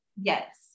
Yes